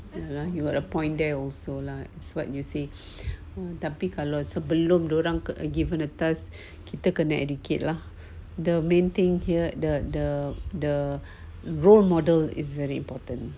lah you got a point there also lah it's what you say tapi kalau sebelum dia orang could are given a task kita kena educate lah the main thing here the the the role model is very important